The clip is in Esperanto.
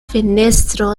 fenestro